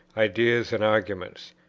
ideas, and arguments.